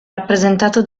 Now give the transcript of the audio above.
rappresentato